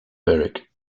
berwick